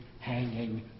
hanging